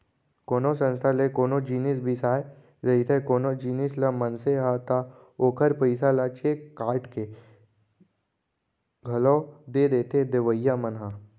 कोनो संस्था ले कोनो जिनिस बिसाए रहिथे कोनो जिनिस ल मनसे ह ता ओखर पइसा ल चेक काटके के घलौ दे देथे देवइया मन ह